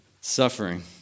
suffering